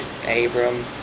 Abram